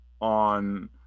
on